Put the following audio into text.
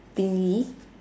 thingy